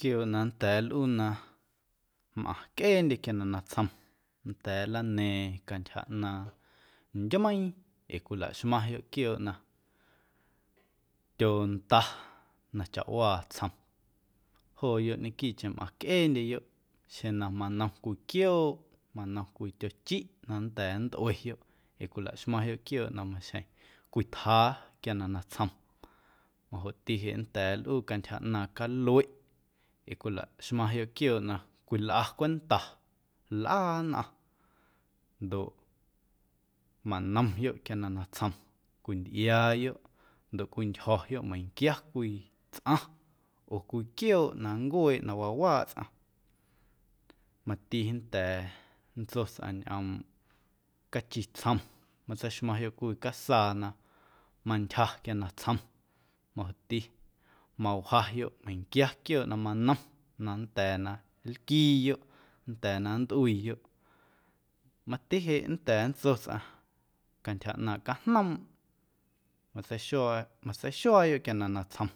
Quioo' na nnda̱a̱ nlꞌuu na mamacꞌeendye quia na natsjom nnda̱a̱ nlana̱a̱ⁿ cantyja ꞌnaaⁿ ndyumeiiⁿ ee cwilaxmaⁿyoꞌ quiooꞌ na tyoonda na chawaa tsjom jooyoꞌ ñequiiꞌcheⁿ mꞌaⁿcꞌeendyeyoꞌ xeⁿ na manom cwii quiooꞌ, manom cwii tyochiꞌ na nnda̱a̱ nntꞌueyoꞌ ee cwilaxmaⁿyoꞌ quiooꞌ na maxjeⁿ cwitjaa quia na natsjom majoꞌti jeꞌ nnda̱a̱ nlꞌuu cantyja ꞌnaaⁿ calueꞌ ee cwilaxmaⁿyoꞌ quiooꞌ na cwilꞌa cwenta lꞌaa nnꞌaⁿ ndoꞌ manomyoꞌ quia na natsjom cwintꞌiaayoꞌ ndoꞌ cwintyjo̱yoꞌ meiⁿnquia cwii tsꞌaⁿ oo cwii quiooꞌ na nncueeꞌ na wawaaꞌ tsꞌaⁿ mati nnda̱a̱ nntso tsꞌaⁿ ñꞌoomꞌ cachitsjom matseixmaⁿyoꞌ cwii casaa na mantyja quia natsjom majoꞌti mawjayoꞌ meiⁿnquia quiooꞌ na manom na nnda̱a̱ na nlquiiyoꞌ, nnda̱a̱ na nntꞌuiiyoꞌ. Mati jeꞌ nnda̱a̱ nntso tsꞌaⁿ cantyja ꞌnaaⁿꞌ cajnoomꞌ matsixua matseixuaayoꞌ quia na natsjom